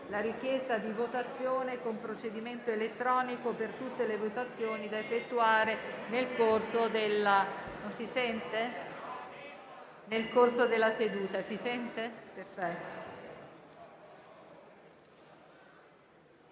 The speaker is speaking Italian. la richiesta di votazione con procedimento elettronico per tutte le votazioni da effettuare nel corso della seduta.